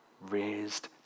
raised